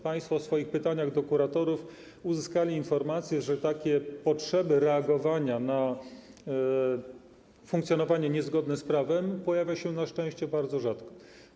Państwo w swoich pytaniach do kuratorów uzyskali informację, że potrzeba reagowania na funkcjonowanie niezgodne z prawem pojawia się na szczęście bardzo rzadko.